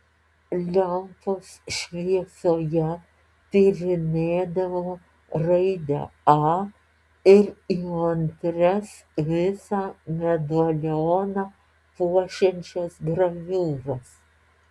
lempos šviesoje tyrinėdavo raidę a ir įmantrias visą medalioną puošiančias graviūras